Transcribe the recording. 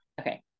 Okay